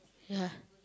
ya